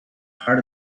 part